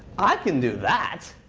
i can do that.